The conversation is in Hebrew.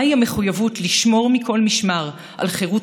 מהי המחויבות לשמור מכל משמר על חירות